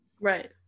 Right